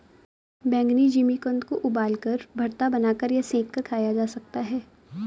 बैंगनी जिमीकंद को उबालकर, भरता बनाकर या सेंक कर खाया जा सकता है